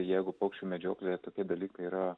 jeigu paukščių medžioklėje tokie dalykai yra